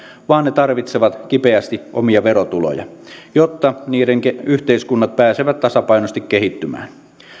vaan ne tarvitsevat kipeästi omia verotuloja jotta niiden yhteiskunnat pääsevät tasapainoisesti kehittymään